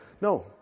No